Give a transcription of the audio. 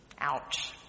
Ouch